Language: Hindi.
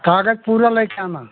कागज़ पूरे लेकर आना